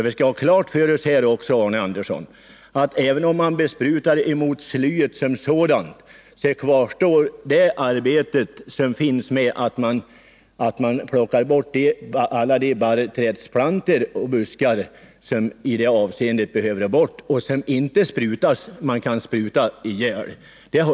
Vi skall ha klart för oss, Arne Andersson, att även om man sprutar mot slyet kvarstår arbetet med att plocka bort alla de barrträdsplantor och buskar som behöver tas bort och som inte kan sprutas ihjäl.